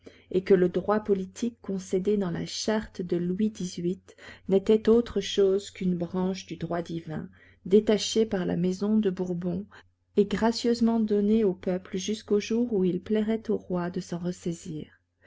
et que le droit politique concédé dans la charte de louis xviii n'était autre chose qu'une branche du droit divin détachée par la maison de bourbon et gracieusement donnée au peuple jusqu'au jour où il plairait au roi de s'en ressaisir